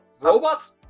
robots